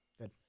good